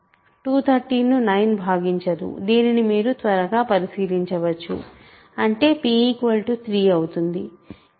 213 ను 9 భాగించదు దీనిని మీరు త్వరగా పరిశీలించవచ్చు అంటే p 3 అవుతుంది